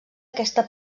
aquesta